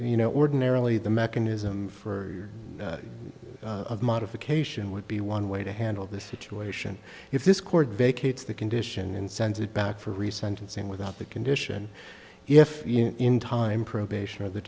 you know ordinarily the mechanism for modification would be one way to handle this situation if this court vacates the condition and sends it back for resentencing without the condition if in time probation or the